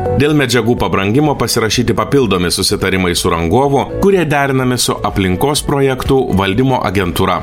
dėl medžiagų pabrangimo pasirašyti papildomi susitarimai su rangovu kurie derinami su aplinkos projektų valdymo agentūra